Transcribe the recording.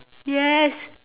yes